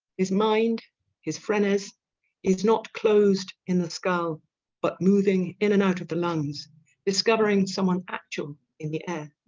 his mind his friends is not closed in the skull but moving in and out of the lungs discovering someone actual in the air